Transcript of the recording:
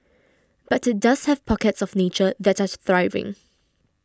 but it does have pockets of nature that are thriving